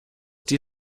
die